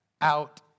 out